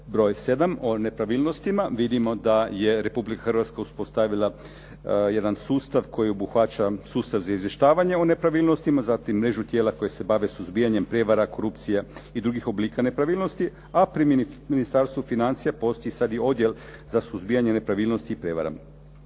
broj 7. o nepravilnostima. Vidimo da je Republika Hrvatska uspostavila jedan sustav koji obuhvaća sustav za izvještavanje o nepravilnostima, zatim mrežu tijela koje se bave suzbijanjem prevara, korupcija i drugih oblika nepravilnosti, a pri Ministarstvu financija postoji sad i Odjel za suzbijanje nepravilnosti i prevara.